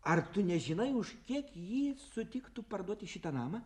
ar tu nežinai už kiek ji sutiktų parduoti šitą namą